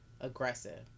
aggressive